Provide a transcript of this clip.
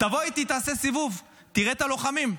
תבוא איתי, תעשה סיבוב, תראה את הלוחמים,